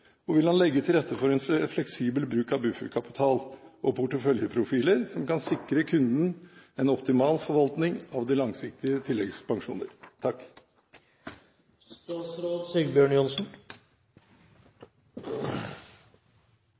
og vil han legge til rette for en mer fleksibel bruk av bufferkapital og porteføljeprofiler som kan sikre kundene en optimal forvaltning av de langsiktige tilleggspensjoner?